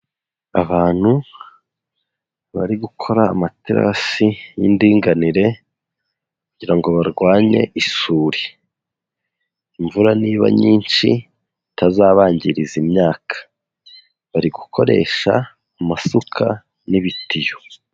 Abantu bari gukora amaterasi y'indinganire kugira ngo barwanye isuri, imvura niba nyinshi itazabangiriza imyaka. Bari gukoresha amasuka n'ibitiyo.